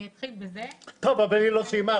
אני אתחיל בזה --- היא לא סיימה.